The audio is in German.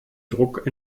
druck